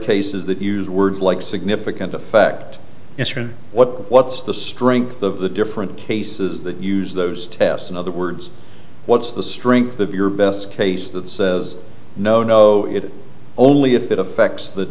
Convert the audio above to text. cases that use words like significant effect yes or what what's the strength of the different cases that use those tests in other words what's the strength of your best case that says no no it only if it affects